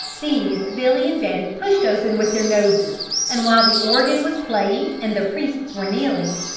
these billy and betty pushed open with their noses and while the organ was playing and the priests were kneeling,